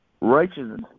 Righteousness